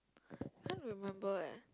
can't remember eh